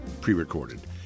pre-recorded